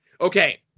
okay